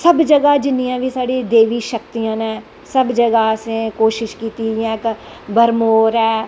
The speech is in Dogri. सब जगाह् जिन्नियां बी साढ़ियां शक्तियां नै सब जगह् असैं कोशिश कीती ऐ